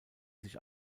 sich